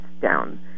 down